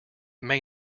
may